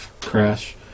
crash